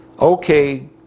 okay